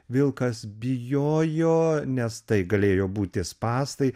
vilkas bijojo nes tai galėjo būti spąstai